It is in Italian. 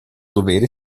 dovere